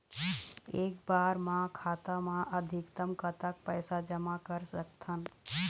एक बार मा खाता मा अधिकतम कतक पैसा जमा कर सकथन?